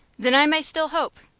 then i may still hope?